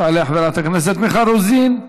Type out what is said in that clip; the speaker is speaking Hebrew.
תעלה חברת הכנסת מיכל רוזין,